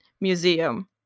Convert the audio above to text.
museum